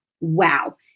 Wow